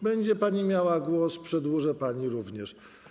Będzie pani miała głos, przedłużę pani również.